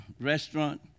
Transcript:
restaurant